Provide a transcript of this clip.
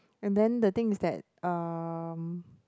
and then the thing is that um